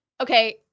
Okay